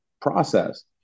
process